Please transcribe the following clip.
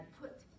put